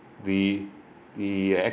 the the